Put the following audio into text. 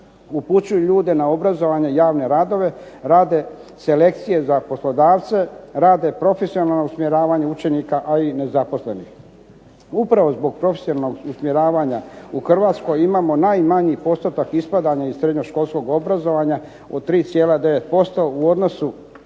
upućuju ljude na obrazovanje, javne radove, rade selekcije za poslodavce, rade profesionalno na usmjeravanju učenika, a i nezaposlenih. Upravo zbog profesionalnog usmjeravanja u Hrvatskoj imamo najmanji postotak ispadanja iz srednjoškolskog obrazovanja od 3,9% u odnosu